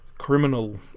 criminal